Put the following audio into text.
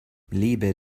lebe